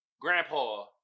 grandpa